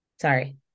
sorry